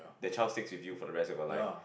the child stick with you for the rest of your life